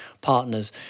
partners